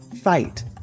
fight